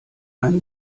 einen